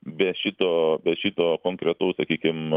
be šito šito konkretaus sakykim